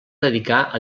dedicar